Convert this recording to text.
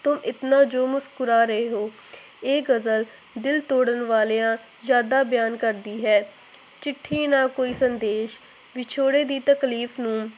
ਤੁਮ ਇਤਨਾ ਜੋ ਮੁਸਕਰਾ ਰਹੇ ਹੋ ਇਹ ਗਜ਼ਲ ਦਿਲ ਤੋੜਨ ਵਾਲੀਆਂ ਯਾਦਾਂ ਬਿਆਨ ਕਰਦੀ ਹੈ ਚਿੱਠੀ ਨਾ ਕੋਈ ਸੰਦੇਸ਼ ਵਿਛੋੜੇ ਦੀ ਤਕਲੀਫ਼ ਨੂੰ